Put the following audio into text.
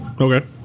okay